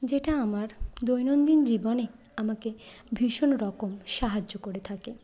যেটা আমার দৈনন্দিন জীবনে আমাকে ভীষণ রকম সাহায্য করে থাকে